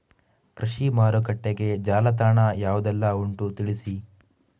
ಕೃಷಿ ಮಾರುಕಟ್ಟೆಗೆ ಜಾಲತಾಣ ಯಾವುದೆಲ್ಲ ಉಂಟು ತಿಳಿಸಿ